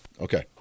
okay